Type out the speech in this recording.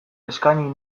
eskaini